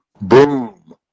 Boom